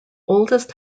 oldest